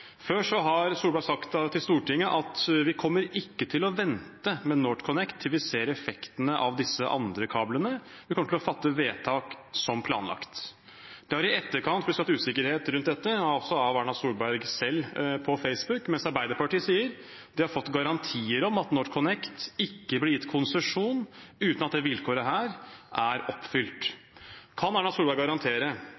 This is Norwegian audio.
Før har Solberg sagt til Stortinget at vi kommer ikke til å vente med NorthConnect til vi ser effektene av disse andre kablene, vi kommer til å fatte vedtak som planlagt. Det har i etterkant blitt skapt usikkerhet rundt dette, også av Erna Solberg selv på Facebook, mens Arbeiderpartiet sier at de har fått garantier om at NorthConnect ikke blir gitt konsesjon uten at dette vilkåret er oppfylt.